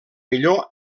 millor